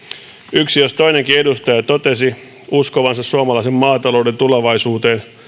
yksi jos toinenkin edustaja totesi uskovansa suomalaisen maatalouden tulevaisuuteen